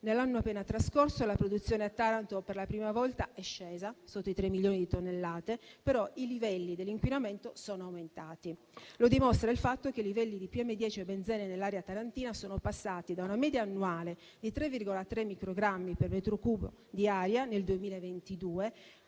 nell'anno appena trascorso la produzione a Taranto per la prima volta è scesa sotto i 3 milioni di tonnellate, però i livelli dell'inquinamento sono aumentati. Lo dimostra il fatto che livelli di PM10 e benzene nell'aria tarantina sono passati da una media annuale di 3,3 microgrammi per metro cubo di aria nel 2022